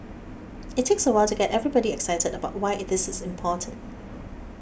it takes a while to get everybody excited about why it is important